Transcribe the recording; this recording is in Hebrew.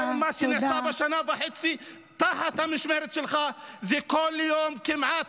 בינתיים מה שנעשה בשנה וחצי תחת המשמרת שלך זה כל יום כמעט,